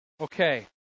Okay